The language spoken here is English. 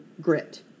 grit